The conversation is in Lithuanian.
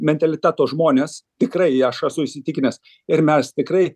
mentaliteto žmonės tikrai aš esu įsitikinęs ir mes tikrai